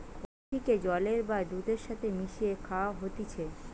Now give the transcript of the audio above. কফিকে জলের বা দুধের সাথে মিশিয়ে খায়া হতিছে